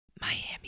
Miami